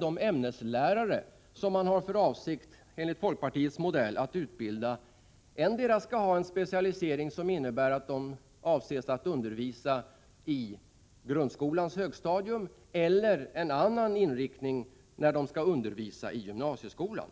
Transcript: de ämneslärare som man vill utbilda enligt folkpartiets modell skall ha endera en specialisering med inriktning mot undervisning på grundskolans högstadium eller en specialisering med inriktning mot undervisning i gymnasieskolan.